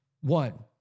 One